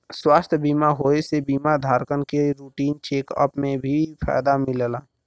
स्वास्थ्य बीमा होये से बीमा धारकन के रूटीन चेक अप में भी फायदा मिलला